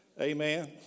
Amen